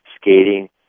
skating